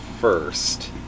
first